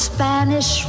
Spanish